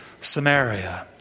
Samaria